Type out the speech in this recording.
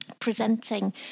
presenting